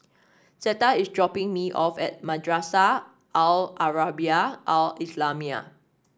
Zetta is dropping me off at Madrasah Al Arabiah Al Islamiah